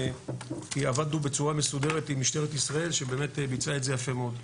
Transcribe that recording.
כי עבדנו בצורה מסודרת עם משטרת ישראל שבאמת ביצעה את זה יפה מאוד.